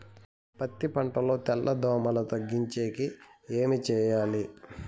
పత్తి పంటలో తెల్ల దోమల తగ్గించేకి ఏమి చేయాలి?